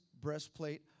breastplate